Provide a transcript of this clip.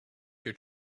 your